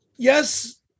yes